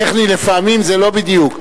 טכני לפעמים זה לא בדיוק.